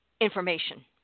information